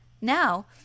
Now